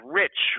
rich